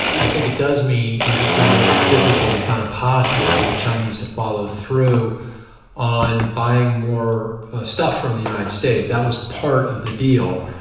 i think it does mean it is going to make it difficult, if not impossible, for the chinese to follow through on buying more stuff from the united states. that was part of the deal.